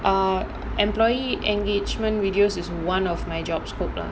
err employee engagement videos is one of my job scope lah